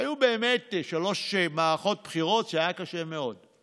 היו באמת שלוש מערכות בחירות, והיה קשה מאוד.